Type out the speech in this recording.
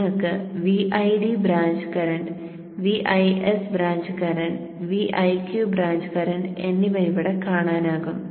നിങ്ങൾക്ക് Vid branch current Vis branch current Viq branch current എന്നിവ ഇവിടെ കാണാനാകും